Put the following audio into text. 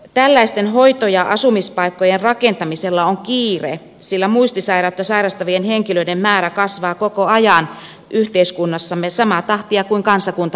tällaisten hoito ja asumispaikkojen rakentamisella on kiire sillä muistisairautta sairastavien henkilöiden määrä kasvaa koko ajan yhteiskunnassamme samaa tahtia kuin kansakuntamme ikääntyy